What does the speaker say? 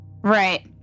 right